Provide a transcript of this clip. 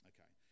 Okay